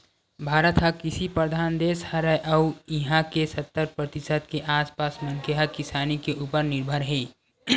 भारत ह कृषि परधान देस हरय अउ इहां के सत्तर परतिसत के आसपास मनखे ह किसानी के उप्पर निरभर हे